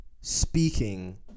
speaking